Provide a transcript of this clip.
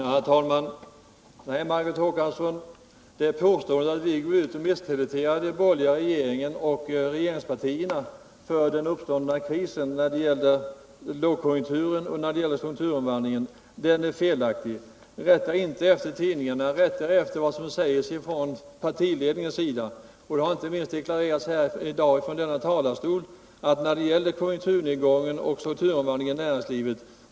Herr talman! Nej, Margot Håkansson! Påståendet att vi går ut och kritiserar den borgerliga regeringen och regeringspartierna för den uppståndna krisen och för lågkonjunkturen och strukturomvandlingen är felaktigt. Rätta er efter vad som sägs från partiledningens sida. Det har inte minst i dag deklarerats från denna talarstol att vi icke lastar regeringen för konjunkturnedgången och strukturomvandlingen i näringslivet.